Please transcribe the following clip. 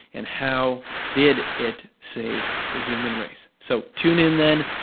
and how did it save the human race. so, tune in then.